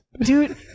dude